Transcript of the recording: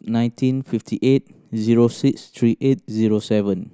nineteen fifty eight zero six three eight zero seven